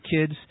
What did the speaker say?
kids